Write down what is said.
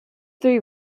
three